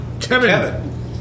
Kevin